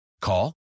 Call